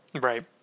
right